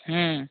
হুম